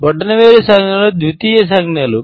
బొటనవేలు సంజ్ఞలు ద్వితీయ సంజ్ఞలు